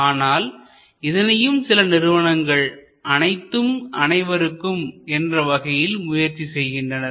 ஆனால் இதனையும் சில நிறுவனங்கள் அனைத்தும் அனைவருக்கும் என்ற வகையில் முயற்சி செய்கின்றனர்